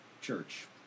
church